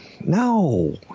No